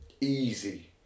Easy